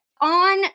on